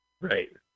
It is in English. Right